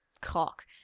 cock